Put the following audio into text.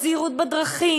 או זהירות בדרכים,